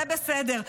זה בסדר.